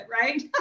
right